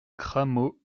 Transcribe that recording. cramaux